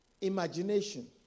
Imagination